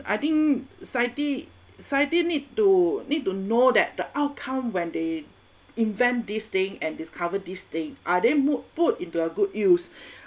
I think scientist scientist need to need to know that the outcome when they invent this thing and discover this thing are they put into a good use